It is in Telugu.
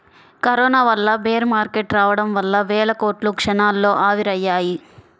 కరోనా వల్ల బేర్ మార్కెట్ రావడం వల్ల వేల కోట్లు క్షణాల్లో ఆవిరయ్యాయి